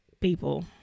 people